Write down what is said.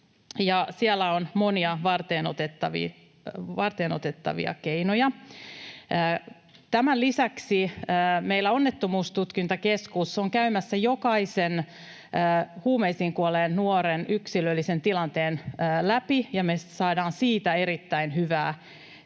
siellä on monia varteenotettavia keinoja. Tämän lisäksi meillä Onnettomuustutkintakeskus on käymässä jokaisen huumeisiin kuolleen nuoren yksilöllisen tilanteen läpi, ja me saadaan siitä erittäin hyvää tietoa